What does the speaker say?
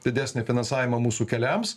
didesnį finansavimą mūsų keliams